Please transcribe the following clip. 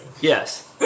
Yes